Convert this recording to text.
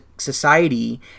society